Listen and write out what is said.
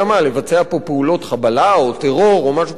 לבצע פה פעולות חבלה או טרור או משהו כזה.